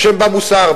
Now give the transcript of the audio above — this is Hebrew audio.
במוסר,